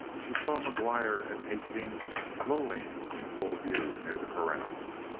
she saw mcguire and hastings lolling in full view near the corrals.